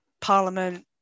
parliament